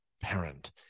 parent